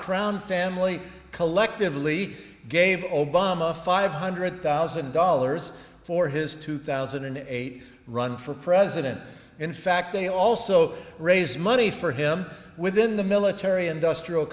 crown family collectively gave obama five hundred thousand dollars for his two thousand and eight run for president in fact they also raise money for him within the military industrial